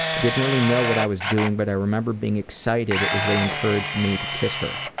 i didn't really know what i was doing but i remember being excited as they encouraged me to kiss her.